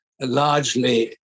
largely